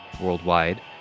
worldwide